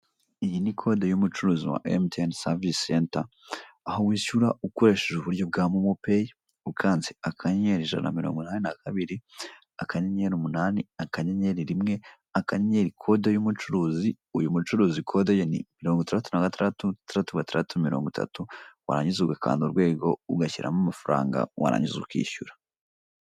Iyi ni kode y'umucuruzi wa emutiyeni savise senta, aho wishyura ukoresheje uburyo bwa Momo peyi, ukanze akanyenyeri ijana na mirongo inani na kabiri, akanyenyeri umunani, akanyenyeri rimwe, akanyenyeri kode y'umucuruzi, uyu mucuruzi kode ye ni mirongo itandatu na gatandatu, mirongo itandatu na gatandatu, mirongo itatu, warangiza ugakanda urwego, ugashyiramo amafaranga, warangiza ukishyura.